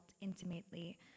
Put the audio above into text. intimately